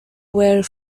were